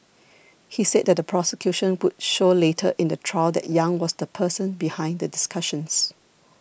he said the prosecution would show later in the trial that Yang was the person behind the discussions